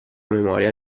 memoria